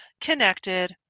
connected